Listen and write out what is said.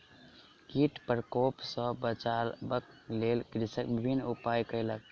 कीट प्रकोप सॅ बचाबक लेल कृषक विभिन्न उपाय कयलक